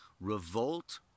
revolt